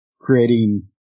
creating